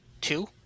Two